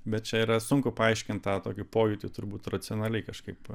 bet čia yra sunku paaiškint tą tokį pojūtį turbūt racionaliai kažkaip